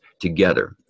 together